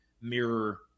mirror